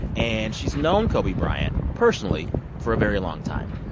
and she's known kobe bryant personally for a very long time.